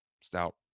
stout